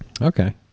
Okay